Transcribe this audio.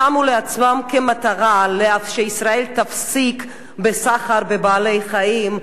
שמו לעצמם כמטרה שישראל תפסיק את הסחר בבעלי-חיים,